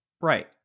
right